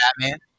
Batman